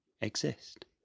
exist